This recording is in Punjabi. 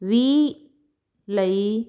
ਵੀਹ ਲਈ